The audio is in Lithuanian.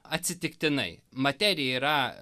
atsitiktinai materija yra